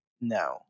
No